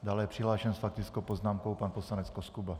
Dále je přihlášen s faktickou poznámkou pan poslanec Koskuba.